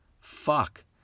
Fuck